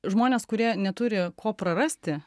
žmonės kurie neturi ko prarasti